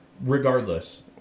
Regardless